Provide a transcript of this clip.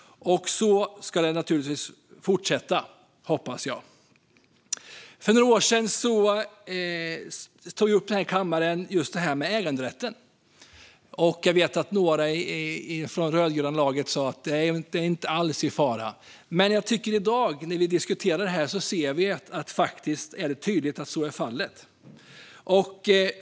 Så ska det naturligtvis fortsätta, hoppas jag. För några år sedan tog jag upp just äganderätten här i kammaren. Jag vet att några i det rödgröna laget sa att den inte alls är i fara. I dag ser vi dock tydligt att så är fallet.